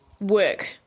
work